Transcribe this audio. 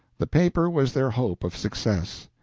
the paper was their hope of success.